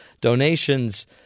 donations